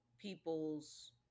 people's